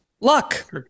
luck